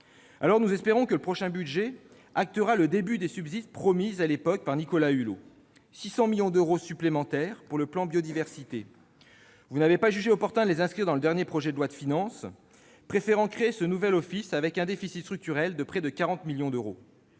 Nous espérons que le prochain budget actera le début des subsides promis à l'époque par Nicolas Hulot, à savoir 600 millions d'euros supplémentaires pour le plan Biodiversité. Vous n'avez pas jugé opportun, madame la secrétaire d'État, de les inscrire dans le dernier projet de loi de finances, préférant créer ce nouvel office avec un déficit structurel de près de 40 millions d'euros.